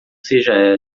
seja